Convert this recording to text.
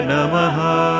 Namaha